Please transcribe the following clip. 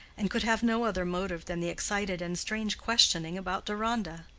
and could have no other motive than the excited and strange questioning about deronda.